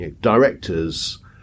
directors